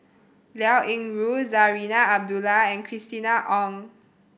Liao Yingru Zarinah Abdullah and Christina Ong